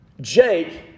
Jake